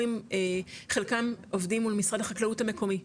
חלקם עובדים מול משרד החקלאות המקומי,